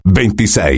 26